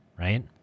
Right